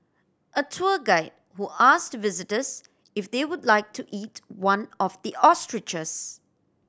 a tour guide who asked visitors if they would like to eat one of the ostriches